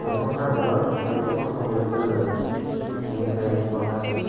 न'खरफ्रा गोबां माने खस्थ' मोननो गोनां जायो बेनिखायनो माखासे